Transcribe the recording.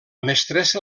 mestressa